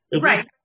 Right